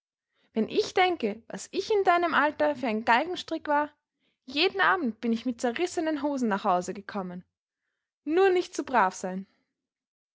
wenn ich denke was ich in deinem alter für ein galgenstrick war jeden abend bin ich mit zerrissenen hosen nach hause gekommen nur nicht zu brav sein